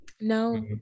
No